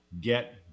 get